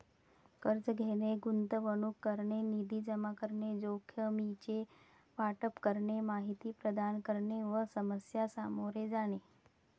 कर्ज घेणे, गुंतवणूक करणे, निधी जमा करणे, जोखमीचे वाटप करणे, माहिती प्रदान करणे व समस्या सामोरे जाणे